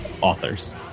authors